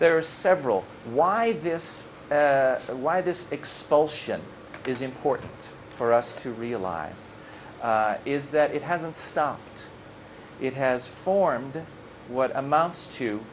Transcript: there are several why this or why this expulsion is important for us to realize is that it hasn't stopped it has formed what amounts to